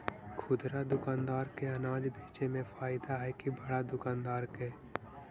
खुदरा दुकानदार के अनाज बेचे में फायदा हैं कि बड़ा दुकानदार के?